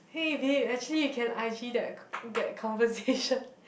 hey babe actually you can I_G that that conversation